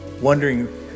Wondering